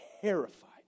terrified